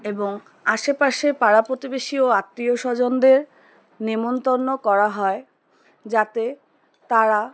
এবং আশেপাশে পাড়া প্রতিবেশী ও আত্মীয় স্বজনদের নেমন্তন্ন করা হয় যাতে তারা